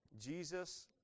Jesus